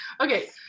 Okay